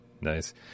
Nice